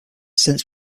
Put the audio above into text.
since